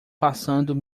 passando